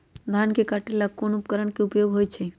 धान के काटे का ला कोंन उपकरण के उपयोग होइ छइ?